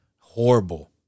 Horrible